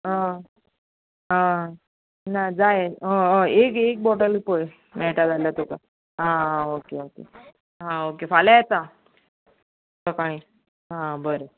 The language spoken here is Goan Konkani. आं आं ना जाय हय हय एक एक बोटल पळय मेळटा जाल्यार तुका आं ओके ओके हां ओके फाल्यां येता चल बाय आं बरें